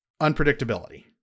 unpredictability